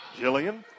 Jillian